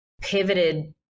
pivoted